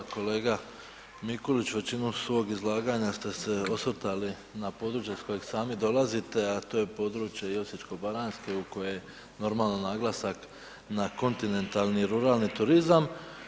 Kolega Mikulić većinom svog izlaganja ste se osvrtali na područja s kojeg sami dolazite, a to je područje Osječko-baranjske u kojoj je normalan naglasak na kontinentalni ruralni turizam.